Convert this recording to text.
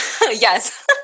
Yes